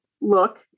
look